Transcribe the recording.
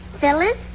Phyllis